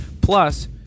Plus